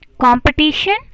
competition